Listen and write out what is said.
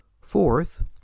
Fourth